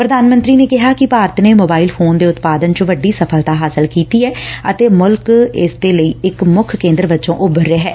ਪ੍ਰਧਾਨ ਮੰਤਰੀ ਨੇ ਕਿਹਾ ਕਿ ਭਾਰਤ ਨੇ ਮੋਬਾਇਲ ਫੋਨ ਦੇ ਉਤਪਾਦਨ ਚ ਵੱਡੀ ਸਫ਼ਲਤਾ ਹਾਸਲ ਕੀਤੀ ਐ ਅਤੇ ਮੁਲਕ ਇਸ ਖੇਤਰ ਵਿਚ ਇਕ ਮੁੱਖ ਕੇਦਰ ਵਜੋ ਉਭਰ ਰਿਹੈ